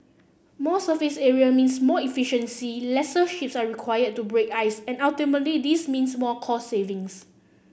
more surface area means more efficiency lesser ships are required to break ice and ultimately this means more cost savings